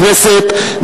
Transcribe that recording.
בכנסת,